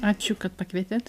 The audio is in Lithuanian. ačiū kad pakvietėt